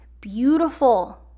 beautiful